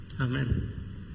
Amen